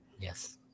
Yes